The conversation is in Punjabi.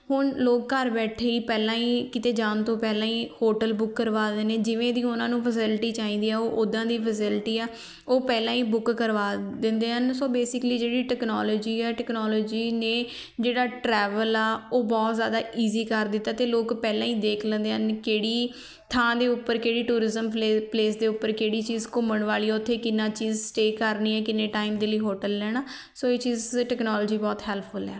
ਹੁਣ ਲੋਕ ਘਰ ਬੈਠੇ ਹੀ ਪਹਿਲਾਂ ਹੀ ਕਿਤੇ ਜਾਣ ਤੋਂ ਪਹਿਲਾਂ ਹੀ ਹੋਟਲ ਬੁੱਕ ਕਰਵਾ ਦੇ ਨੇ ਜਿਵੇਂ ਦੀ ਉਹਨਾਂ ਨੂੰ ਫੈਸਿਲਿਟੀ ਚਾਹੀਦੀ ਆ ਉਹ ਉਦਾਂ ਦੀ ਫੈਸਿਲਿਟੀ ਆ ਉਹ ਪਹਿਲਾਂ ਹੀ ਬੁੱਕ ਕਰਵਾ ਦਿੰਦੇ ਹਨ ਸੋ ਬੇਸਿਕਲੀ ਜਿਹੜੀ ਟੈਕਨੋਲੋਜੀ ਆ ਟੈਕਨੋਲੋਜੀ ਨੇ ਜਿਹੜਾ ਟਰੈਵਲ ਆ ਉਹ ਬਹੁਤ ਜ਼ਿਆਦਾ ਈਜ਼ੀ ਕਰ ਦਿੱਤਾ ਅਤੇ ਲੋਕ ਪਹਿਲਾਂ ਹੀ ਦੇਖ ਲੈਂਦੇ ਹਨ ਕਿਹੜੀ ਥਾਂ ਦੇ ਉੱਪਰ ਕਿਹੜੀ ਟੂਰਿਜ਼ਮ ਪਲੇਸ ਦੇ ਉੱਪਰ ਕਿਹੜੀ ਚੀਜ਼ ਘੁੰਮਣ ਵਾਲੀ ਉਥੇ ਕਿੰਨਾ ਚੀਜ਼ ਸਟੇਅ ਕਰਨੀ ਹੈ ਕਿੰਨੇ ਟਾਈਮ ਦੇ ਲਈ ਹੋਟਲ ਲੈਣਾ ਸੋ ਇਹ ਚੀਜ਼ ਟੈਕਨੋਲੋਜੀ ਬਹੁਤ ਹੈਲਪਫੁਲ ਹੈ